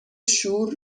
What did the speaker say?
شور